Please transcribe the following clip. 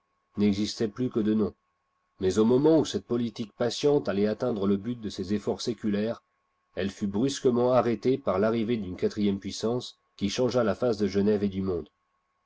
n'existait plus que de nom mais au moment où cette politique patiente allait atteindre le but de ses efforts séculaires elle fut brusquement arrêtée par l'arrivée d'une quatrième puissance qui changea la face de genève et du monde